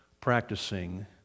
practicing